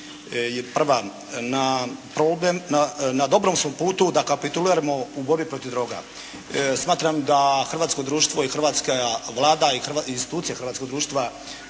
Prva. Na dobrom smo putu da kapituliramo u borbi protiv droga. Smatram da hrvatsko društvo i hrvatska Vlada i institucije hrvatskog društva